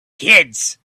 kids